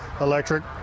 electric